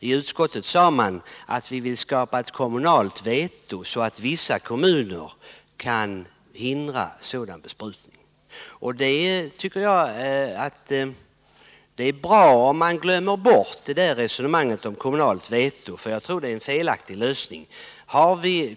I utskottet sade man att vi vill skapa ett kommunalt veto, så att vissa kommuner kan hindra sådan besprutning. Det är bra om man glömmer bort resonemanget om kommunalt veto, därför att jag tror att det är en felaktig lösning.